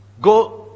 go